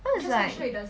cause like